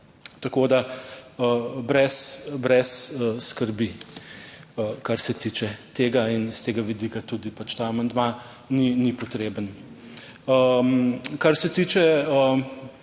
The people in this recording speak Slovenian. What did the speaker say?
Tako da brez skrbi, kar se tiče tega in iz tega vidika tudi pač ta amandma ni potreben. Kar se tiče